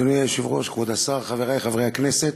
אדוני היושב-ראש, כבוד השר, חברי חברי הכנסת,